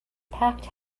packed